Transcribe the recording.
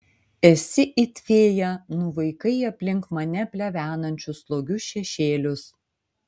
esi it fėja nuvaikai aplink mane plevenančius slogius šešėlius